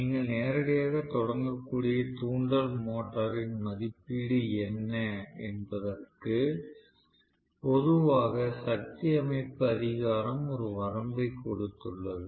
நீங்கள் நேரடியாகத் தொடங்கக்கூடிய தூண்டல் மோட்டரின் மதிப்பீடு என்ன என்பதற்கு பொதுவாக சக்தி அமைப்பு அதிகாரம் ஒரு வரம்பைக் கொடுத்துள்ளது